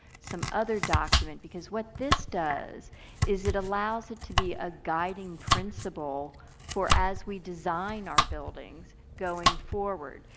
some other document because what this does is it allows it to be a guiding principle for as we design our buildings going forward.